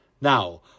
Now